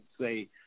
say